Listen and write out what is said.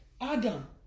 Adam